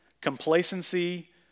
complacency